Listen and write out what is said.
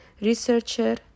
researcher